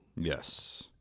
Yes